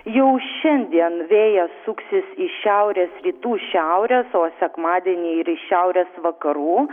jau šiandien vėjas suksis iš šiaurės rytų šiaurės o sekmadienį ir iš šiaurės vakarų